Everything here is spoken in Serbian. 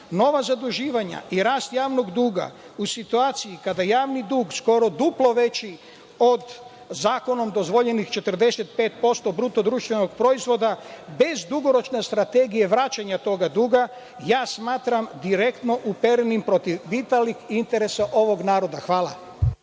nova zaduživanja i rast javnog duga u situaciji kada je javni dug skoro duplo veći od zakonom dozvoljenih 45% BDP, bez dugoročne strategije vraćanja tog duga, ja smatram direktno uperenim protiv vitalnih interesa ovog naroda. Hvala.